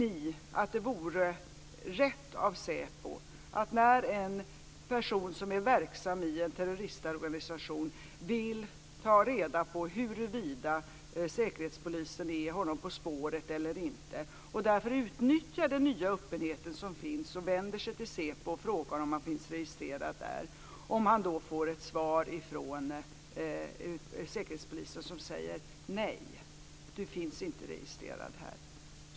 Man kan ta som exempel en person som är verksam i en terroristorganisation som vill ta reda på huruvida Säkerhetspolisen är honom på spåret eller inte och därför utnyttjar den nya öppenhet som finns och vänder sig till SÄPO och frågar om han finns registrerad där. Tycker ni att det vore rätt av SÄPO att då ge honom svaret: Nej, du finns inte registrerad här?